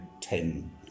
ten